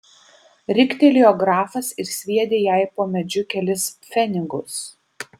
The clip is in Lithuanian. riktelėjo grafas ir sviedė jai po medžiu kelis pfenigus